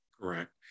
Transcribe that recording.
Correct